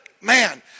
man